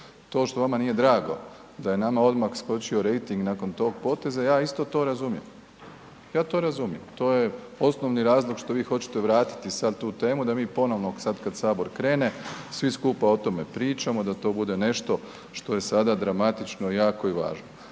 To što vama nije drago da je nama odmah skočio rejting nakon tog poteza, ja isto to razumijem. Ja to razumijem, to je osnovni razlog što vi hoćete vratiti sad tu temu da mi ponovno sad kad Sabor krene sve skupa o tome pričamo, da to bude nešto što je sada dramatično, jako i važno.